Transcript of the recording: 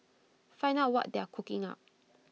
find out what they are cooking up